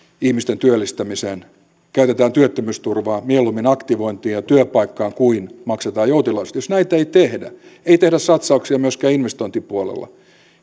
ihmisten työllistämiseen käytetään työttömyysturvaa mieluummin aktivointiin ja työpaikkaan kuin maksetaan joutilaisuudesta jos näitä ei tehdä ei tehdä satsauksia myöskään investointipuolella